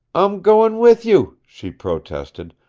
i'm goin' with you, she protested.